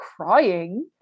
crying